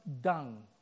dung